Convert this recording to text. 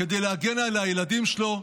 כדי להגן על הילדים שלו,